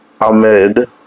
Ahmed